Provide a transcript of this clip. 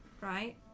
right